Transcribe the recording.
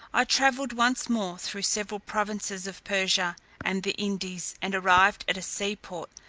i travelled once more through several provinces of persia and the indies, and arrived at a sea-port,